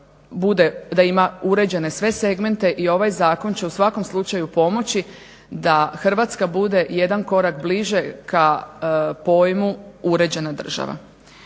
da ima uređene sve segmente i ovaj zakon će u svakom slučaju pomoći da Hrvatska bude jedan korak bliže ka pojmu uređena država.